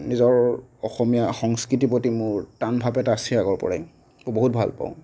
নিজৰ অসমীয়া সংস্কৃতিৰ প্ৰতি মোৰ টান ভাৱ এটা আছে আগৰ পৰাই বহুত ভাল পাওঁ